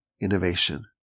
innovation